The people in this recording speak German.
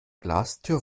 glastür